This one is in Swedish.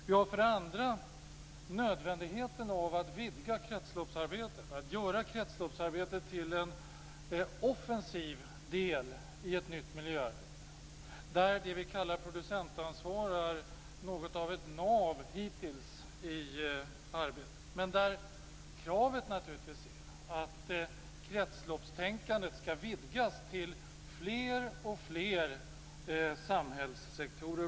Vi har nödvändigheten av att vidga kretsloppsarbetet, att göra kretsloppsarbetet till en offensiv del i ett nytt miljöarbete, där det vi kallar producentansvar hittills har varit något av ett nav i arbetet. Men kravet är naturligtvis att kretsloppstänkandet skall vidgas till fler och fler samhällssektorer.